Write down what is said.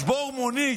לשבור מונית,